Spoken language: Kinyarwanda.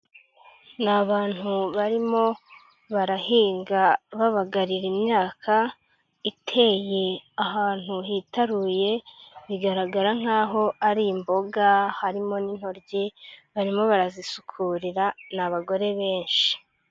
Ni abantu barimo barahinga babagarira imyaka iteye ahantu hitaruye, bigaragara nk'aho ari imboga harimo n'intoryi, barimo barazisukuririra n'abagore benshi.